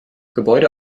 gebäude